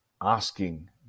asking